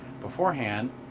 beforehand